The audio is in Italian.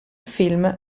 film